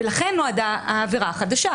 ולכך נועדה העבירה החדשה,